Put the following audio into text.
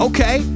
Okay